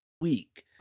week